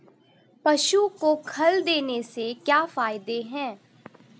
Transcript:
पशु को खल देने से क्या फायदे हैं?